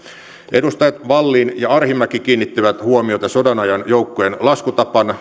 edustajat wallin ja arhinmäki kiinnittivät huomiota sodanajan joukkojen laskutapaan